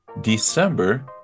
December